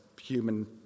human